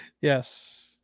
Yes